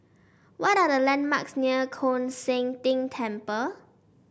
what are the landmarks near Koon Seng Ting Temple